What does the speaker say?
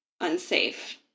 unsafe